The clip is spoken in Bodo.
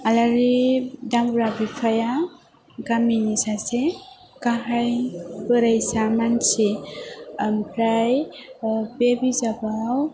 आलारि दामब्रा बिफाया गामिनि सासे गाहाइ बोरायसा मानसि आमफ्राय बे बिजाबाव